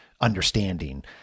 understanding